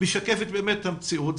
משקפת את המציאות,